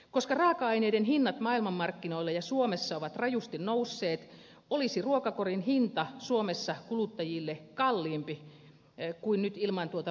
koska raaka aineiden hinnat maailmanmarkkinoilla ja suomessa ovat rajusti nousseet olisi ruokakorin hinta suomessa kuluttajille nyt kalliimpi kuin ilman tuota ruokaveron laskua